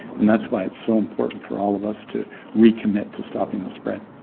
and that's why it's so important for all of us to recommit to stopping the spread.